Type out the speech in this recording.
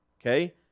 Okay